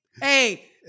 Hey